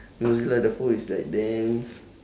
mothzilla the is like damn